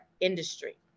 industry